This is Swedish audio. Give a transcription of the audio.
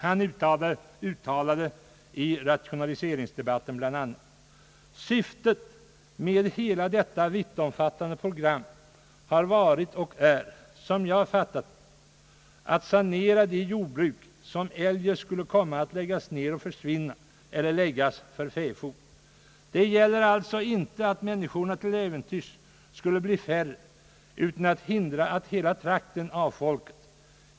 Han uttalade i rationaliseringsdebatten bl.a.: »Syftet med hela detta vittomfattande program har varit och är, som jag fattat det, att sanera de jordbruk som eljest skulle komma att läggas ned och försvinna eller läggas för fäfot. Det gäller alltså inte att människorna till äventyrs skulle bli färre, utan att hindra att hela trakten avfolkas.